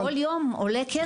כל יום עולה כסף.